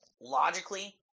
logically